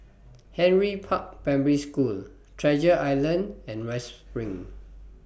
Henry Park Primary School Treasure Island and West SPRING